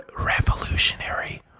Revolutionary